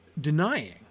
denying